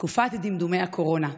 תקופת דמדומי הקורונה: